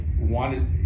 wanted